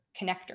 connector